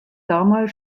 damals